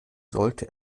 sollte